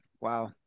wow